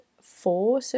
four